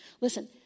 Listen